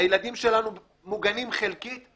הילדים שלנו מוגנים חלקית,